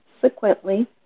subsequently